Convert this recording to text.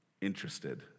interested